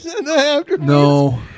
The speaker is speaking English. No